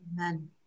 Amen